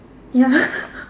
ya